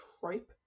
tripe